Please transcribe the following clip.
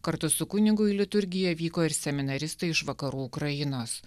kartu su kunigu į liturgiją vyko ir seminaristai iš vakarų ukrainos